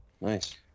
Nice